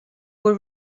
were